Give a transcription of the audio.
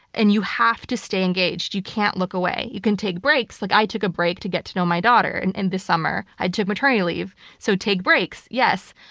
and you have to stay engaged. you can't look away. you can take breaks like i took a break to get to know my daughter and and this summer. i took maternity leave. so take breaks, yes,